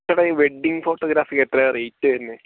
ചേട്ടാ ഈ വെഡ്ഡിങ് ഫോട്ടോഗ്രാഫിക്ക് എത്രേയാണ് റേറ്റ് വരുന്നത്